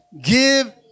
give